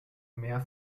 mehr